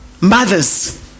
mothers